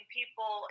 people